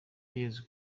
yezu